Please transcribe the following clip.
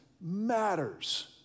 matters